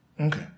Okay